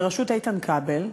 בראשות איתן כבל,